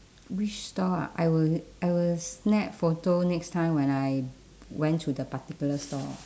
which stall ah I will I will snap photo next time when I went to the particular stall